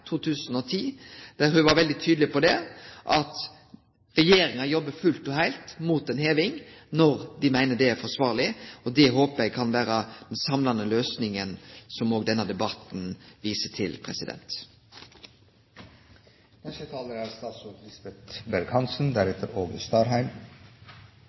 2010, der ho var veldig tydeleg på at regjeringa jobbar fullt og heilt for ei heving, når dei meiner det er forsvarleg. Det håpar eg kan vere den samlande løysinga som òg denne debatten viser til. Arbeidet med U-864 og håndteringen av forurensningen fra kvikksølvlasten er